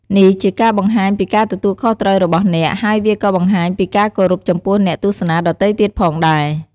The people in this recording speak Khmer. នេះជាការបង្ហាញពីការទទួលខុសត្រូវរបស់អ្នក ហើយវាក៏បង្ហាញពីការគោរពចំពោះអ្នកទស្សនាដទៃទៀតផងដែរ។